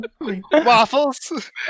Waffles